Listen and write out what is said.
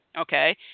Okay